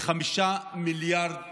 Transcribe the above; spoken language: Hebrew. ב-5 מיליארד שקל,